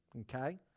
okay